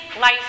life